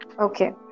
Okay